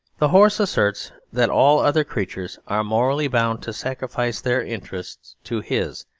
the horse asserts that all other creatures are morally bound to sacrifice their interests to his,